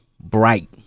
bright